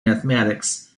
mathematics